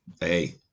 Hey